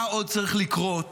מה עוד צריך לקרות